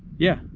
yeah,